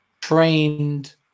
trained